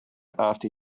after